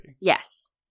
Yes